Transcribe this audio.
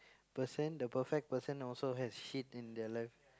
person the perfect person also has shit in their life